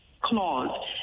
clause